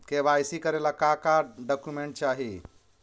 KYC करे ला का का डॉक्यूमेंट चाही?